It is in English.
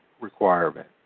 requirement